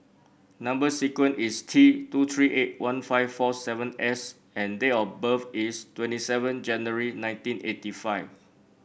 number sequence is T two three eight one five four seven S and date of birth is twenty seven January nineteen eighty five